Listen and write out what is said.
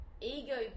ego